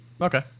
Okay